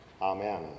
Amen